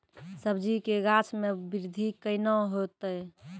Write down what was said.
सब्जी के गाछ मे बृद्धि कैना होतै?